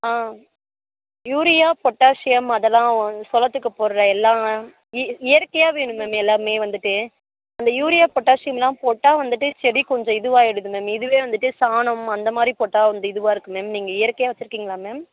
ஆ urea potassium அதெல்லாம் சூழத்துக்கு போடுற எல்லாம் மேம் இ இயற்கையாக வேணும் மேம் எல்லாம் வந்துட்டு இந்த யூரியா பொட்டேஷியம்லாம் போட்டால் வந்துட்டு செடி கொஞ்சம் இதுவாயிடுது மேம் இதுவே வந்துட்டு சாணம் அந்த மாதிரி போட்டால் வந்து இதுவாக இருக்குது மேம் நீங்கள் இயற்கையாக வச்சிருக்கீங்களா மேம்